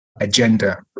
agenda